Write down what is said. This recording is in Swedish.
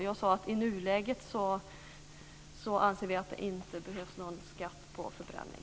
Jag sade att vi i nuläget inte anser att det behövs någon skatt på förbränning.